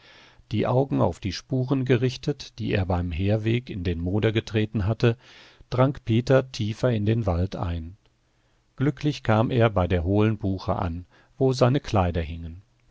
die augen auf die spuren gerichtet die er beim herweg in den moder getreten hatte drang peter tiefer in den wald ein glücklich kam er bei der hohlen buche an wo seine kleider hingen